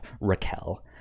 raquel